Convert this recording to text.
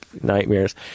nightmares